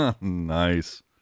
Nice